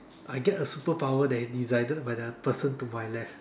I get a superpower that is decided by the person to my left